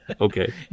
Okay